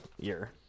year